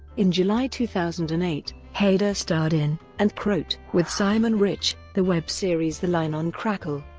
in july two thousand and eight, hader starred in, and cowrote with simon rich, the web series the line on crackle.